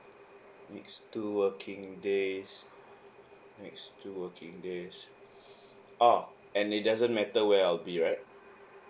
next two working days next two working days orh and it doesn't matter where I'll be right